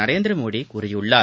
நரேந்திரமோடி கூறியுள்ளார்